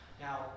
Now